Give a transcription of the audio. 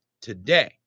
today